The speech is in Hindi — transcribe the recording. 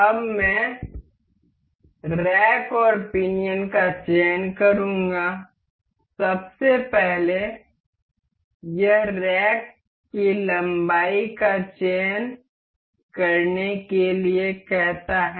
अब मैं रैक और पिनियन का चयन करूंगा सबसे पहले यह रैक की लंबाई का चयन करने के लिए कहता है